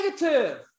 Negative